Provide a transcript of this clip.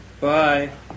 Bye